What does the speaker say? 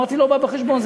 אמרתי: לא בא בחשבון,